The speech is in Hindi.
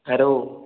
अरे वो